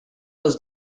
was